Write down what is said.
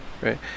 right